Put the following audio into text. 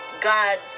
God